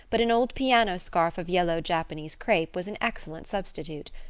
but an old piano scarf of yellow japanese crepe was an excellent substitute.